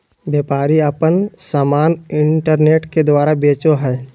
व्यापारी आपन समान इन्टरनेट के द्वारा बेचो हइ